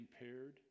impaired